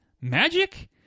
Magic